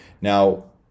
now